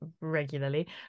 regularly